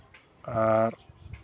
ᱟᱨ